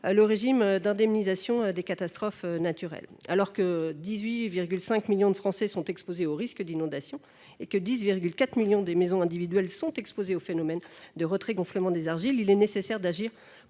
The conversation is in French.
du régime d’indemnisation des catastrophes naturelles de Mme Lavarde. Alors que 18,5 millions de Français sont concernés par les risques d’inondation et que 10,4 millions de maisons individuelles sont exposées au phénomène de retrait gonflement des argiles (RGA), il est nécessaire d’agir